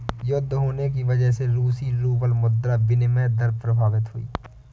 युद्ध होने की वजह से रूसी रूबल मुद्रा विनिमय दर प्रभावित हुई